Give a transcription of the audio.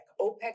opec